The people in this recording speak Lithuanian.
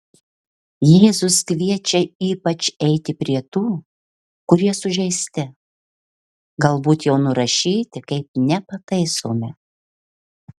jėzus kviečia ypač eiti prie tų kurie sužeisti galbūt jau nurašyti kaip nepataisomi